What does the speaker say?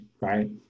Right